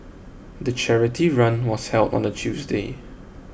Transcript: the charity run was held on a Tuesday